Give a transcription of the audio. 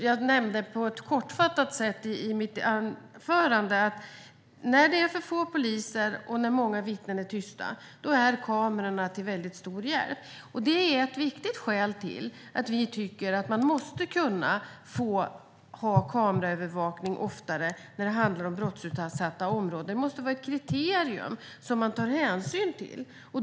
Jag nämnde på ett kortfattat sätt i mitt anförande att när det är för få poliser och när många vittnen är tysta är kamerorna till mycket stor hjälp. Det är ett viktigt skäl till att vi tycker att man måste kunna få ha kameraövervakning oftare i brottsutsatta områden. Det måste vara ett kriterium som man tar hänsyn till.